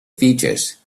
features